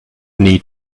need